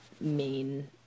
main